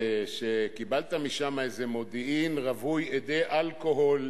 שקיבלת משם איזה מודיעין רווי אדי אלכוהול